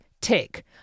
tick